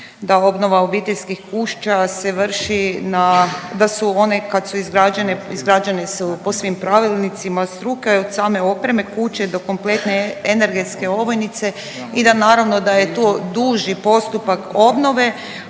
da obnova obiteljskih kuća se vrši na, da su one kad su izgrađene izgrađene po svim pravilnicima od struke i od same opreme kuće do kompletne energetske ovojnice i da naravno da je to duži postupak obnove,